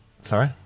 Sorry